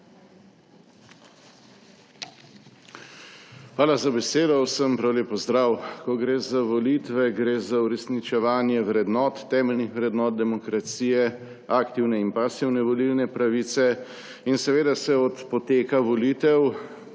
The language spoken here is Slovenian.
Hvala za besedo. Vsem prav lep pozdrav! Ko gre za volitve, gre za uresničevanje vrednot, temeljnih vrednot demokracije, aktivne in pasivne volilne pravice. Seveda se od poteka volitev,